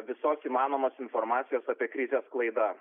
visos įmanomos informacijos apie krizę sklaida